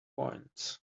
points